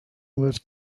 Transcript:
was